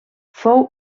fou